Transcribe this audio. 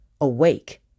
Awake